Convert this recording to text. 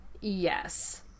Yes